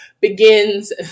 begins